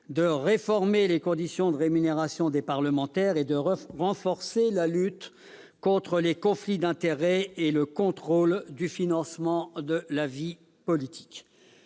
de réformer les conditions de rémunération des parlementaires et de renforcer la lutte contre les conflits d'intérêts et le contrôle du financement de la vie politique.